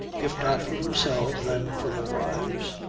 if not for themselves then for their wives.